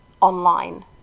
online